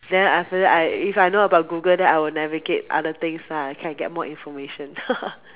then after that I if I know about Google then I will navigate other things lah can get more information